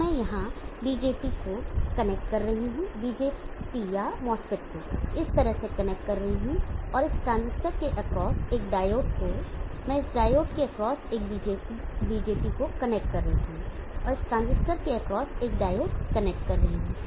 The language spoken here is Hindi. अब मैं यहां BJT को कनेक्ट कर रहा हूं BJT या MOSFET को इस तरह से कनेक्ट कर रहा हूं और इस ट्रांजिस्टर के एक्रॉस एक डायोड को मैं इस डायोड के एक्रॉस एक BJT को कनेक्ट कर रहा हूं और इस ट्रांजिस्टर के एक्रॉस एक डायोड कनेक्ट कर रहा हूं